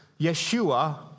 Yeshua